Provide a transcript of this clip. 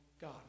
God